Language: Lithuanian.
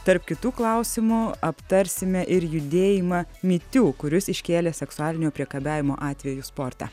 tarp kitų klausimų aptarsime ir judėjimą me too kuris iškėlė seksualinio priekabiavimo atvejus sporte